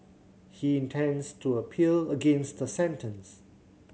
he intends to appeal against the sentence